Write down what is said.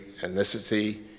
ethnicity